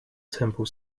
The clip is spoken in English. temple